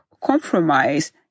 compromise